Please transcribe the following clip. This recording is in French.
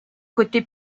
côté